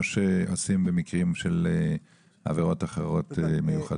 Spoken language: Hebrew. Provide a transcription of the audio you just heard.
שעושים במקרים של עבירות מיוחדות אחרות.